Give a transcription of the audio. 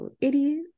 Idiot